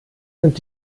sind